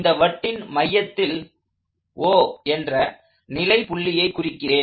இந்த வட்டின் மையத்தில் O என்ற நிலை புள்ளியை குறிக்கிறேன்